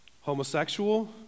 homosexual